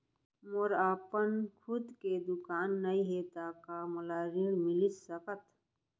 मोर अपन खुद के दुकान नई हे त का मोला ऋण मिलिस सकत?